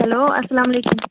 hello اسلام علیکُم